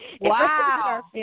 Wow